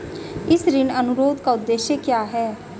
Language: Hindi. इस ऋण अनुरोध का उद्देश्य क्या है?